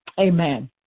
Amen